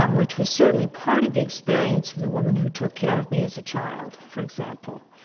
um which was certainly part of the experience of the woman who took care of me as a child, for example.